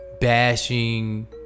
bashing